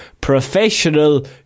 professional